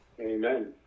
amen